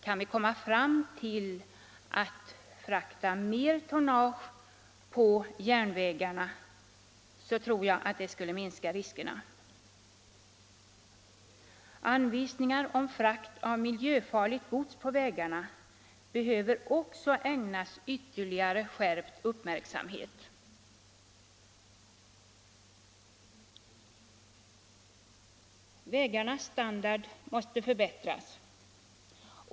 Kan vi komma fram till att frakta mer tonnage på järnvägarna tror jag att riskerna skulle minska. Bestämmelserna beträffande anvisningar om frakt av miljöfarligt gods på vägarna behöver också ägnas skärpt uppmärksamhet. Vägarnas standard måste förbättras.